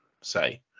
say